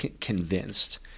convinced